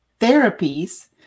therapies